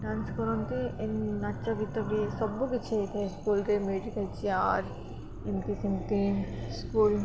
dance କରନ୍ତି ଏ ନାଚ ଗୀତ ବି ସବୁକିଛି ହେଇଥାଏ ସ୍କୁଲ୍ରେ ଏମିତି ସେମିତି ସ୍କୁଲ୍